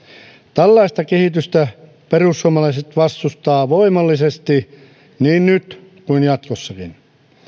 tällaista kehitystä perussuomalaiset vastustavat voimallisesti niin nyt kuin jatkossakin